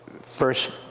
first